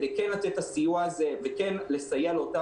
כדי לתת את הסיוע הזה ולסייע לאותן